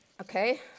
okay